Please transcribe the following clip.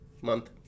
month